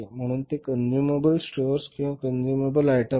म्हणून ते consumable stores किंवा कन्ज्युमेबल आयटम आहेत